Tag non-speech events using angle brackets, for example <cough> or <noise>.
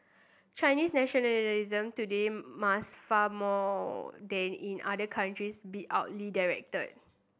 Chinese nationalism today must far more than in other countries be <unintelligible> directed